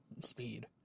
speed